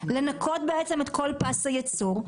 לנקות את כל פס הייצור,